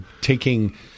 taking